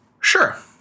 Sure